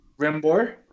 Rimbor